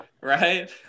right